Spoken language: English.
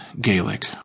Gaelic